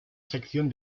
sección